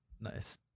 Nice